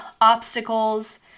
obstacles